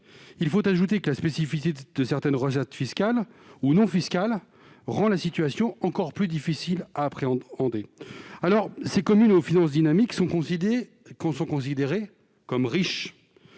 faible. La spécificité de certaines recettes fiscales ou non fiscales rend la situation encore plus difficile à appréhender. Autrement dit, ces communes aux finances dynamiques sont considérées comme riches.